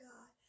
God